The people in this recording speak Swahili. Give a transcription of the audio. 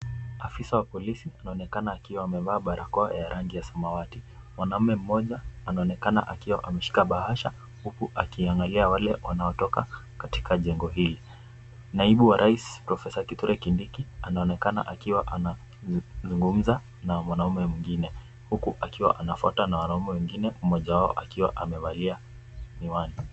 Afisa wa polisi anaonekana akiwa amevaa barakoa ya rangi ya samawati. Mwanaume mmoja anaonekana ameshika bahasha huku akiangalia wale wanaotoka katika jengo hili. Naibu wa rais profesa Kithure Kindiki anaonekana akiwa anazungumza na mwanaume mwingine huku akiwa anafwatwa na wanaume wengine, mmoja wao akiwa amevalia miwani.